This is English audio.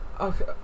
Okay